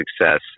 success